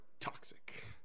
toxic